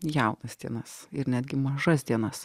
jaunas dienas ir netgi mažas dienas